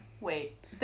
Wait